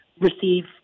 receive